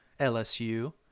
LSU